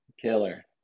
Killer